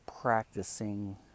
practicing